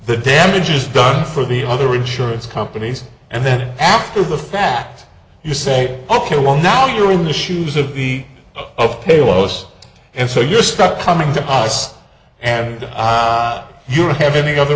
the damages done for the other insurance companies and then after the fact you say ok well now you're in the shoes of the oath pillows and so you're stuck coming to us and your head any other